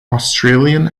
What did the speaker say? australian